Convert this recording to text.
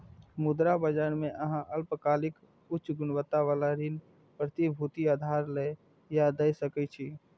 मुद्रा बाजार मे अहां अल्पकालिक, उच्च गुणवत्ता बला ऋण प्रतिभूति उधार लए या दै सकै छी